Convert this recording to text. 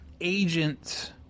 agents